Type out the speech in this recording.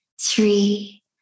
three